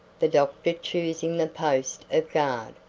the doctor choosing the post of guard,